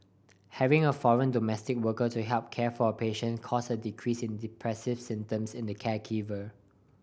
having a foreign domestic worker to help care for a patient caused a decrease in depressive symptoms in the caregiver